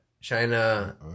China